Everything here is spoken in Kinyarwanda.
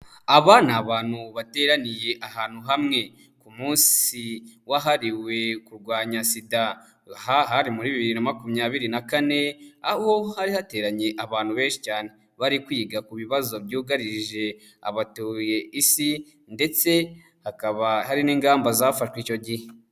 Aba ni abantu bateraniye ahantu hamwe, ku munsi wahariwe kurwanya SIDA, aha hari muri bibiri na makumyabiri na kane, aho hari hateranye abantu benshi cyane, bari kwiga ku bibazo byugarije abatuye Isi ndetse hakaba hari n'ingamba zafashwe icyo gihe.